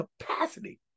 capacity